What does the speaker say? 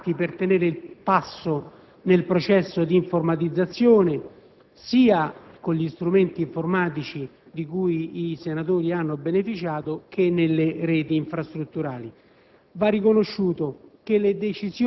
Occorre riconoscere gli sforzi fatti per tenere il passo nel processo di informatizzazione, sia con gli strumenti informatici di cui i senatori hanno beneficiato che nelle reti infrastrutturali.